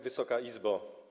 Wysoka Izbo!